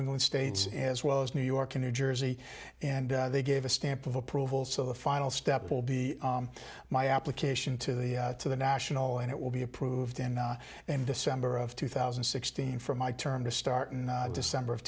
england states as well as new york and new jersey and they gave a stamp of approval so the final step will be my application to the to the national and it will be approved in december of two thousand and sixteen for my term to start in december of